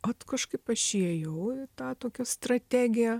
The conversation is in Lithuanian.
ot kažkaip aš įėjau į tą tokią strategiją